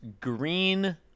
green